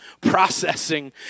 processing